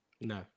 No